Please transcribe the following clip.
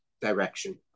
direction